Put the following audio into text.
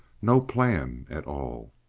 no plan at all.